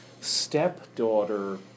stepdaughter